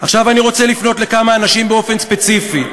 עכשיו אני רוצה לפנות לכמה אנשים באופן ספציפי.